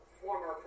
former